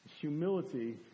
humility